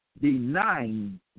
denying